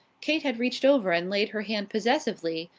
kate had reached over and laid her hand possessively,